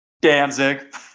Danzig